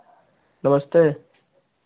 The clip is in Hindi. नमस्ते